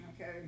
Okay